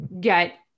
get